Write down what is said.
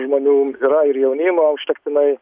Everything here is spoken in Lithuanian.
žmonių yra ir jaunimo užtektinai